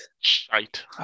Shite